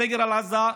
הסגר על עזה,